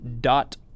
Dot